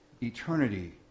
eternity